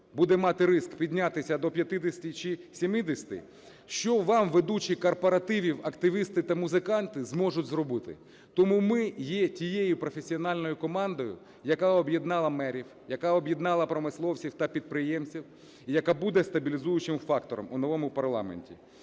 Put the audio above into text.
буде мати ризик піднятися до 50 чи 70. Що вам ведучі корпоративів, активісти та музиканти зможуть зробити? Тому ми є тією професіональною командою, яка об'єднала мерів, яка об'єднала промисловців та підприємців і яка буде стабілізуючим фактором у новому парламенті.